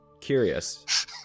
curious